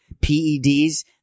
PEDs